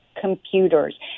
computers